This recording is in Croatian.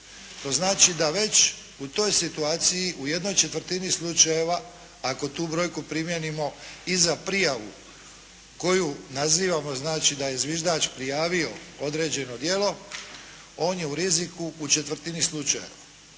To znači da već u toj situaciji u jednoj četvrtini slučajeva ako tu brojku primijenimo i za prijavu koju nazivamo znači da je zviždač prijavio određeno djelo, on je u riziku u četvrtini slučajeva.